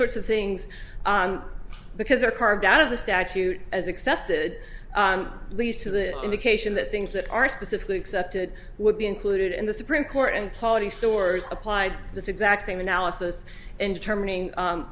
sorts of things because they're carved out of the statute as accepted at least to the indication that things that are specifically accepted would be included in the supreme court and quality stores applied this exact same analysis and determining